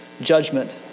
judgment